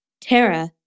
Tara